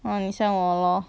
orh 你 send 我 lor